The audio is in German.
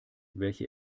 welche